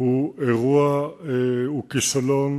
הוא כישלון